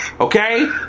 okay